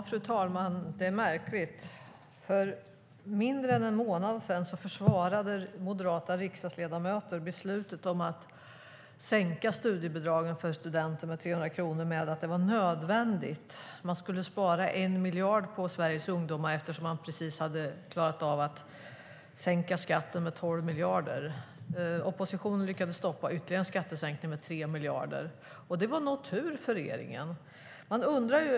Fru talman! Det är märkligt. För mindre än en månad sedan försvarade moderata riksdagsledamöter beslutet att sänka studiebidragen för studenter med 300 kronor med motiveringen att det var nödvändigt. Man skulle spara 1 miljard på Sveriges ungdomar samtidigt som man precis hade klarat av att sänka skatterna med 12 miljarder. Oppositionen lyckades stoppa ytterligare en skattesänkning på 3 miljarder. Det var nog tur för regeringen.